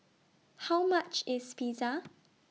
How much IS Pizza